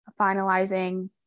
finalizing